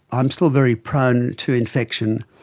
i'm still very prone to infection.